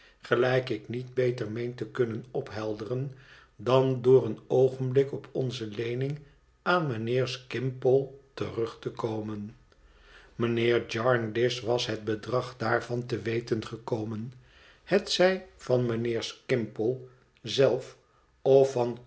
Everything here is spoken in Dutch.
gelijk ik niet beter meen te kunnen ophelderen dan door voor een oogenblik op onze leening aan mijnheer skimpole terug te komen mijnheer jarndyce was het bedrag daarvan te weten gekomen hetzij van mijnheer skimpole zelf of van